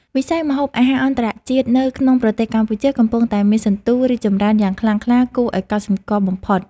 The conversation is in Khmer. វិស័យម្ហូបអាហារអន្តរជាតិនៅក្នុងប្រទេសកម្ពុជាកំពុងតែមានសន្ទុះរីកចម្រើនយ៉ាងខ្លាំងក្លាគួរឱ្យកត់សម្គាល់បំផុត។